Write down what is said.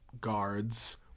guards